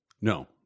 No